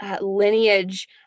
Lineage